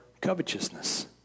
covetousness